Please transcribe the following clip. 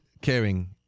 Caring